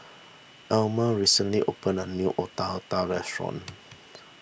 Almer recently opened a new Otak Otak restaurant